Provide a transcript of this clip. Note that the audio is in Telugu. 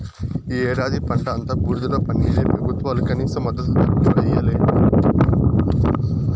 ఈ ఏడాది పంట అంతా బూడిదలో పన్నీరే పెబుత్వాలు కనీస మద్దతు ధర కూడా ఇయ్యలే